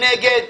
מי נגד?